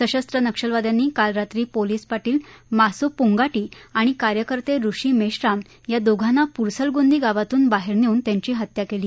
सशस्त्र नक्षलवाद्यांनी काल रात्री पोलिस पाटील मासू पुंगाटी आणि कार्यकर्ते ऋषी मेश्राम या दोघांना पुरसलगोंदी गावातून बाहेर नेऊन त्यांची हत्या केली